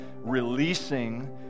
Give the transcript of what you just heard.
releasing